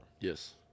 Yes